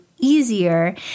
easier